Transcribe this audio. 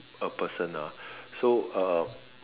a person ah so uh